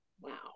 Wow